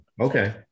okay